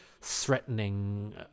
threatening